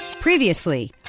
previously